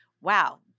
wow